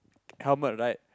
helmet right